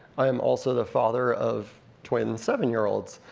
i am also the father of twin seven-year olds.